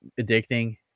addicting